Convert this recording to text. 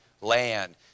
land